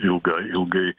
ilga ilgai